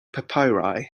papyri